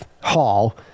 hall